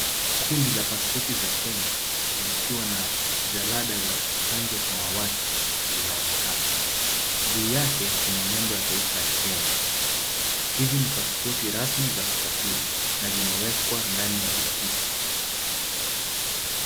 Kundi la pasipoti za Kenya zikiwa na jalada za rangi ya samawati zinaonekana, juu yake kuna nembo ya taifa ya Kenya, hizi ni pasipoti rasmi za kusafiri na zimeekwa ndani ya bokisi.